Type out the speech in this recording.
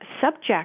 subject